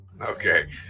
Okay